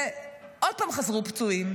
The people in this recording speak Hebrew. ועוד פעם חזרו פצועים.